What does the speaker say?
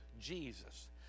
Jesus